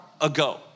ago